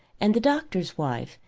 and the doctor's wife,